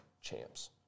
champs